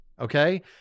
okay